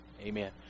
amen